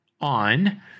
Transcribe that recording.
on